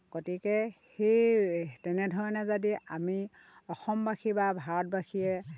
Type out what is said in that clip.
গতিকে সেই তেনেধৰণে যদি আমি অসমবাসী বা ভাৰতবাসীয়ে